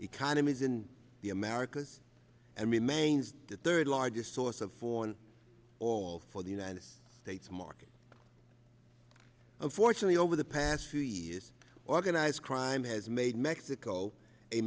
economies in the americas and remains the third largest source of foreign or for the united states market unfortunately over the past few years organized crime has made mexico a